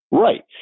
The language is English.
Right